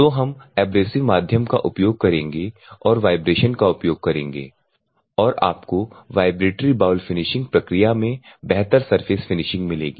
तो हम एब्रेसिव माध्यम का उपयोग करेंगे और वाइब्रेशन का उपयोग करेंगे और आपको वाइब्रेटरी बाउल फिनिशिंग प्रक्रिया में बेहतर सरफेस फिनिशिंग मिलेगी